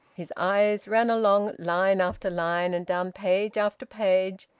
his eyes ran along line after line and down page after page,